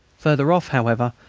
further off, however,